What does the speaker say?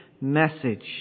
message